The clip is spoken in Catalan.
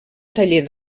taller